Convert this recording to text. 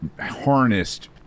harnessed